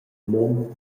mund